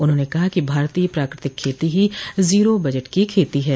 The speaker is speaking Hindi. उन्होंने कहा कि भारतीय प्राकृतिक खेती ही जीरो बजट की खेती है